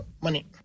money